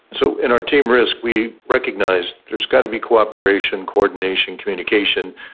so in our team risk we recognised there's got to be cooperation, coordination, communication,